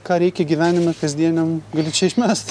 ką reikia gyvenime kasdieniam gali čia išmest